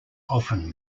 often